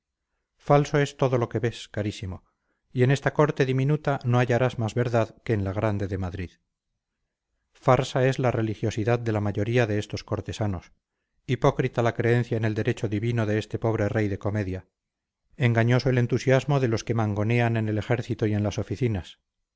falso es todo lo que ves carísimo y en esta corte diminuta no hallarás más verdad que en la grande de madrid farsa es la religiosidad de la mayoría de estos cortesanos hipócrita la creencia en el derecho divino de este pobre rey de comedia engañoso el entusiasmo de los que mangonean en el ejército y en las oficinas